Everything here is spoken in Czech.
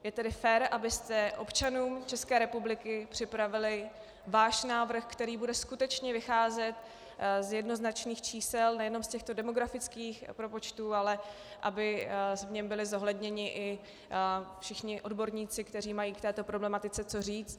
Je tedy fér, abyste občanům České republiky připravili svůj návrh, který bude skutečně vycházet z jednoznačných čísel, nejenom z těchto demografických propočtů, ale aby v něm byli zohledněni i všichni odborníci, kteří mají k této problematice co říct.